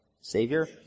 Savior